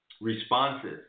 responses